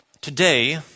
Today